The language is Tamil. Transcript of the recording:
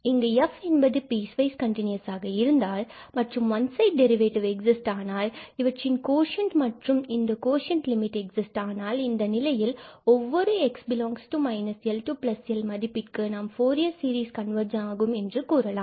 இங்கு f என்பது பீஸ் வைஸ் கண்டினுஸாக இருந்தால் மற்றும் ஒன் சைடு டெரிவேட்டிவ் எக்ஸிஸ்ட் ஆனால் இவற்றின் கோஷன்ட் மற்றும் இந்த கோஷ்ன்டின் லிமிட் எக்ஸிஸ்ட் ஆனால் இதன் நிலையில் இதனை ஒவ்வொரு 𝑥∈−𝐿𝐿 மதிப்பிற்கும் நாம் ஃபூரியர் சீரிஸ் கன்வர்ஜென்ஸ் ஆகும் என்று கூறலாம்